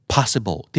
Possible